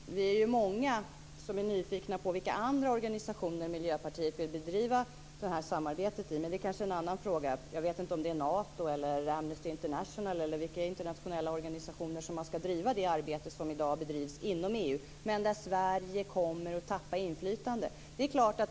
Herr talman! Vi är många som är nyfikna på vilka andra organisationer Miljöpartiet vill bedriva samarbetet i. Men det kanske är en annan fråga. Jag vet inte om det är Nato, Amnesty International eller vilka internationella organisationer det är som ska bedriva det arbete som i dag bedrivs inom EU. Sverige kommer att tappa inflytande i EU.